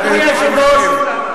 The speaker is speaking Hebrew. היושב-ראש.